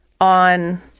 on